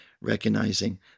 recognizing